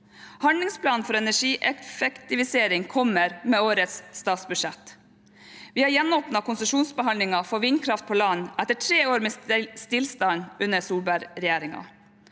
Handlingsplanen for energieffektivisering kommer med årets statsbudsjett. Vi har gjenåpnet konsesjonsbehandlingen for vindkraft på land etter tre år med stillstand under Solberg-regjeringen,